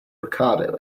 ricardo